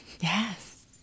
yes